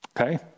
Okay